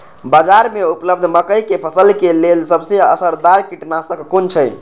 बाज़ार में उपलब्ध मके के फसल के लेल सबसे असरदार कीटनाशक कुन छै?